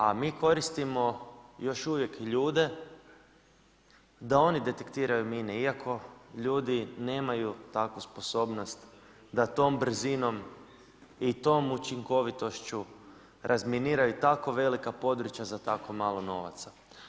A mi koristimo još uvijek ljude da oni detektiraju mine, iako ljudi nemaju takvu sposobnost da tom brzinom i tom učinkovitošću razminiraju tako velika područja za tako malo novaca.